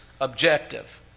objective